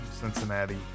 Cincinnati